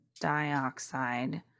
dioxide